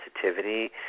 sensitivity